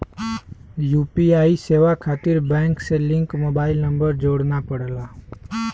UPI सेवा खातिर bank से लिंक मोबाइल नंबर जोड़ना पड़ला